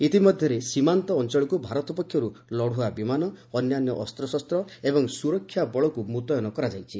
ଇତିମଧ୍ୟରେ ସୀମାନ୍ତ ଅଞ୍ଚଳକ୍ତ ଭାରତ ପକ୍ଷର୍ତ ଲଢ୍ରଆ ବିମାନ ଅନ୍ୟାନ୍ୟ ଅସ୍ତଶସ୍ତ ଏବଂ ସୁରକ୍ଷା ବଳକୁ ମୁତ୍ୟନ କରାଯାଇଛି